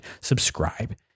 subscribe